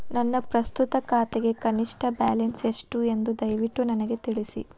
ನನ್ನ ಪ್ರಸ್ತುತ ಖಾತೆಗೆ ಕನಿಷ್ಟ ಬ್ಯಾಲೆನ್ಸ್ ಎಷ್ಟು ಎಂದು ದಯವಿಟ್ಟು ನನಗೆ ತಿಳಿಸಿ